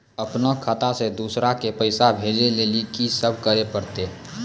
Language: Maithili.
अपनो खाता से दूसरा के पैसा भेजै लेली की सब करे परतै?